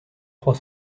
trois